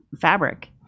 fabric